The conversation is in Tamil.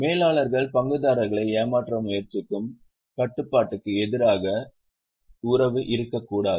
மேலாளர்கள் பங்குதாரர்களை ஏமாற்ற முயற்சிக்கும் கட்டுப்பாட்டுக்கு எதிராக உறவு இருக்கக்கூடாது